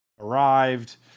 arrived